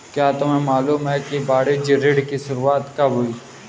क्या तुम्हें मालूम है कि वाणिज्य ऋण की शुरुआत कब हुई?